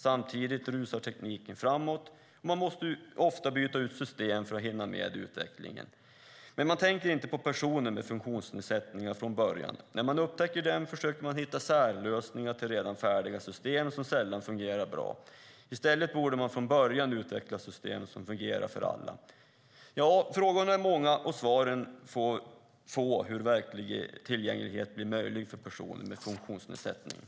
Samtidigt rusar tekniken framåt, och man måste ofta byta system för att hinna med i utvecklingen. Men man tänker inte på personer med funktionsnedsättningar från början. När man upptäcker dem försöker man hitta särlösningar till redan färdiga system som sällan fungerar bra. I stället borde man från början utveckla system som fungerar för alla. Frågorna är många och svaren få om hur verklig tillgänglighet blir möjlig för personer med funktionsnedsättningar.